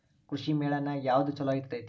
ಕೃಷಿಮೇಳ ನ್ಯಾಗ ಯಾವ್ದ ಛಲೋ ಇರ್ತೆತಿ?